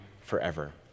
forever